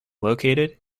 located